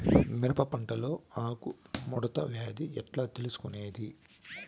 మిరప పంటలో ఆకు ముడత వ్యాధి ఎట్లా తెలుసుకొనేది?